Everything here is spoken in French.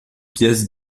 pièces